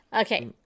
Okay